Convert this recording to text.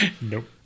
Nope